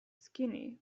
skinny